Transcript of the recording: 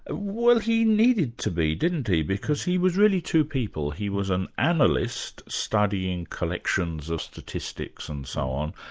ah well he needed to be, didn't he, because he was really two people. he was an analyst studying collections of statistics and so on,